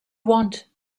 want